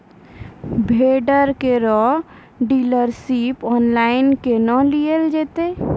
Vendor केर dealership online केहनो लियल जेतै?